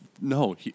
No